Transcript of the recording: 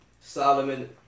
Solomon